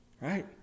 Right